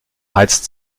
heizt